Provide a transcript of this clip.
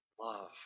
love